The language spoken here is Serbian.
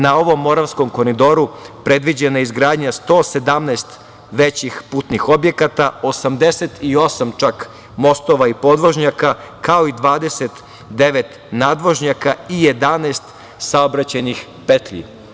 Na ovom Moravskom koridoru predviđena je izgradnja 117 većih putnih objekata, 88 čak mostova i podvožnjaka, kao i 29 nadvožnjaka i 11 saobraćajnih petlji.